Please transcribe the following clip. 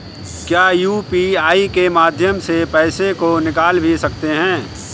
क्या यू.पी.आई के माध्यम से पैसे को निकाल भी सकते हैं?